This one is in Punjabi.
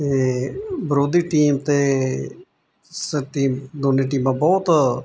ਅਤੇ ਵਿਰੋਧੀ ਟੀਮ ਅਤੇ ਸਾਡੀ ਦੋਵੇਂ ਟੀਮਾਂ ਬਹੁਤ